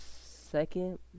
second